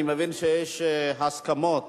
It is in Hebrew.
אני מבין שיש הסכמות,